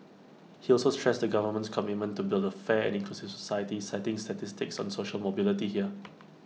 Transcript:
he also stressed the government's commitment to build A fair and inclusive society citing statistics on social mobility here